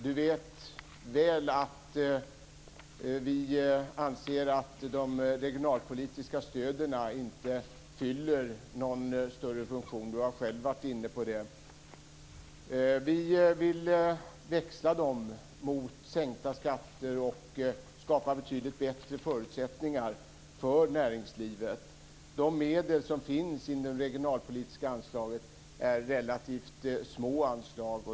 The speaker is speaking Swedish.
Han vet väl att vi anser att de regionalpolitiska stöden inte fyller någon större funktion. Han har själv varit inne på det. Vi vill växla dem mot sänkta skatter och skapa betydligt bättre förutsättningar för näringslivet. De medel som finns inom det regionalpolitiska anslaget är relativt små anslag.